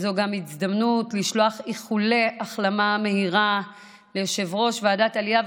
זו גם ההזדמנות לשלוח איחולי החלמה מהירה ליושב-ראש ועדת העלייה,